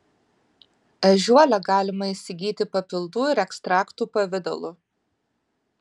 ežiuolę galima įsigyti papildų ir ekstraktų pavidalu